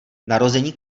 narození